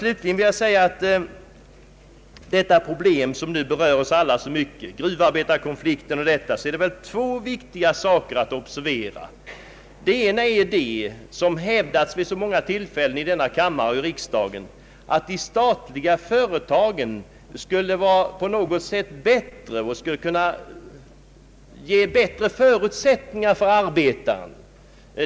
Slutligen vill jag säga om det problem som nu berör oss så mycket, nämligen gruvarbetarkonflikten, att två viktiga saker bör observeras. Den ena gäller det man talat om vid så många tillfällen i riksdagen, nämligen att de statliga företagen skulle vara på något sätt bättre och ge bättre förutsättningar för arbetaren.